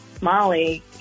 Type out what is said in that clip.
molly